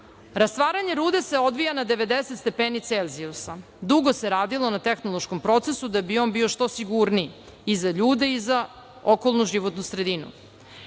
rastvaranje rude se odvija na 90 stepeni Celzijusa. Dugo se radilo na tehnološkom procesu, da bi on bio što sigurniji i za ljude i za okolnu životnu sredinu.